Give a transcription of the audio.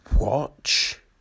watch